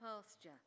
pasture